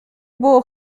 było